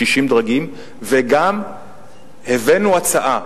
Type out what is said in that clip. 60 דרגים, וגם הבאנו הצעה,